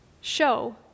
Show